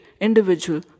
individual